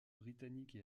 britannique